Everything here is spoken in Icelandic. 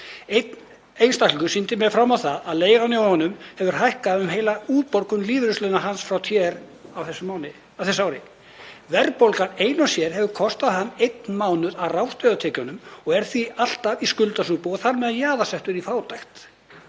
Einn einstaklingur sýndi mér að leigan hjá honum hefur hækkað um heila útborgun lífeyrislauna hans frá TR á þessu ári. Verðbólgan ein og sér hefur kostað hann einn mánuð af ráðstöfunartekjunum og er hann því alltaf í skuldasúpu og þar með jaðarsettur í fátækt.